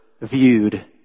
viewed